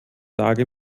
lage